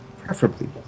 preferably